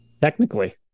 technically